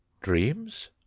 Dreams